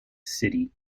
city